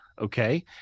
Okay